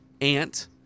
Ant